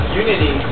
unity